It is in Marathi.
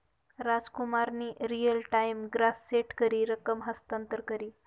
रामकुमारनी रियल टाइम ग्रास सेट करी रकम हस्तांतर करी